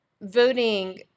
voting